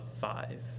Five